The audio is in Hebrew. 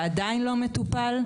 ועדיין לא מטופל.